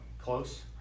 close